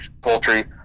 poultry